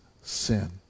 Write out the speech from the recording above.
sin